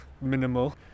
minimal